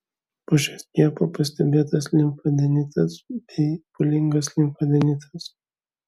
po šio skiepo pastebėtas limfadenitas bei pūlingas limfadenitas